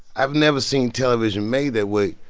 i've never seen television made that way.